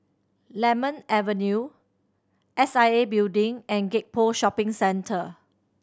Lemon Avenue S I A Building and Gek Poh Shopping Centre